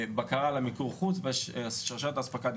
בקרה למיקור חוץ ודברתי על שרשרת האספקה.